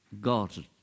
God